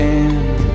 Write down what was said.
end